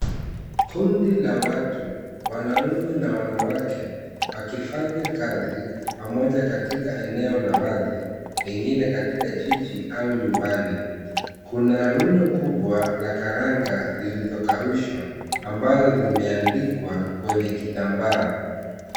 Kundi la watu, wanaume na wanawake, wakifanya kazi pamoja katika eneo la wazi pengine katika jiji au nyumbani. Kuna rundo kubwa la karanga zilizokaushwa ambazo zimeanikwa kwenye kitambaa.